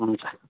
हुन्छ